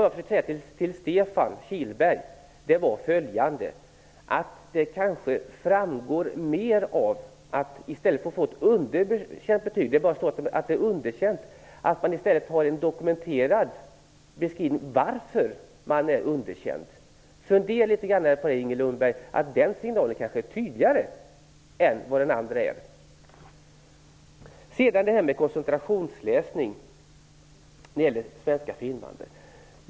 Jag ville säga följande till Stefan Kihlberg: I stället för att få ett betyg där det bara står att man är underkänd är det kanske bättre att få en beskrivning av varför man är underkänd. Fundera litet grand på det, Inger Lundberg! Den signalen kanske är tydligare än vad den andra är. Det talades om koncentrationsläsning när det gäller svenska för invandrare.